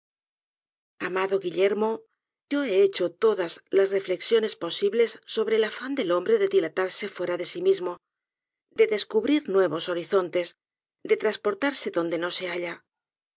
amado guillermo yo he hecho todas las reflexiones posibles sobre el afán del hombre de dilatarse fuera de sí mismo de descubrir nuevos horizontes de trasportarse adonde no se halla